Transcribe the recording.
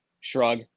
shrug